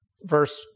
verse